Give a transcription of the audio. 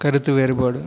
கருத்து வேறுபாடு